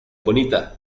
bonita